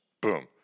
Boom